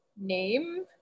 name